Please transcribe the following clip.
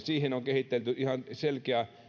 siihen on kehitelty ihan selkeä